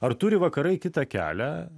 ar turi vakarai kitą kelią